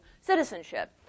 citizenship